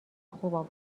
خوب